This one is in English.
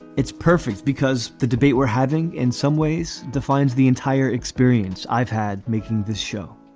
it's perfect because the debate we're having in some ways defines the entire experience i've had making this show.